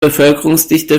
bevölkerungsdichte